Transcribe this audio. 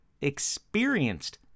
experienced